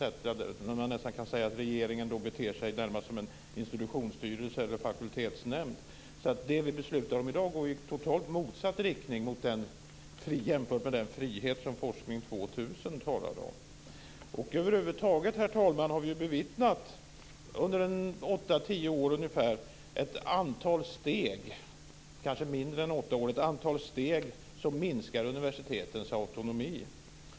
Man kan nästan säga att regeringen då beter sig närmast som en institutionsstyrelse eller fakultetsnämnd, så det vi beslutar om i dag går i totalt motsatt riktning jämfört med den frihet som Forskning 2000 talade om. Över huvud taget, herr talman, har vi under ungefär 8-10 år, kanske mindre än 8 år, bevittnat ett antal steg som minskar universitetens autonomi.